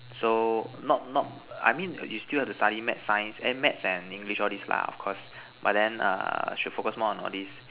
so not not I mean you still have to study maths sciences eh maths and English all this lah of course but then err should focus more on all this